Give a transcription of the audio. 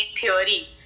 theory